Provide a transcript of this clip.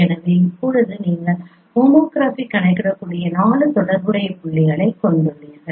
எனவே இப்போது நீங்கள் ஹோமோகிராஃபி கணக்கிடக்கூடிய 4 தொடர்புடைய புள்ளிகளைக் கொண்டுள்ளீர்கள்